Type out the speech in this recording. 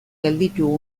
gelditu